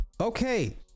Okay